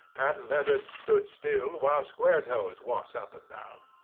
patent-leathers stood still while square-toes walked up and down.